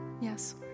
yes